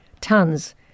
Tons